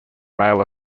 male